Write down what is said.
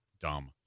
Dumb